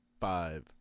Five